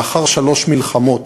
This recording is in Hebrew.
לאחר שלוש מלחמות